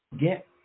get